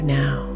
now